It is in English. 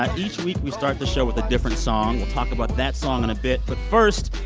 ah each week, we start the show with a different song. we'll talk about that song in a bit. but first,